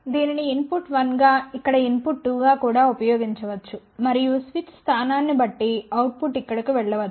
దీనిని ఇన్పుట్ 1 గా ఇక్కడ ఇన్పుట్ 2 గా కూడా ఉపయోగించవచ్చు మరియు స్విచ్ స్థానాన్ని బట్టి అవుట్ పుట్ ఇక్కడకు వెళ్ళవచ్చు